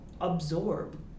absorb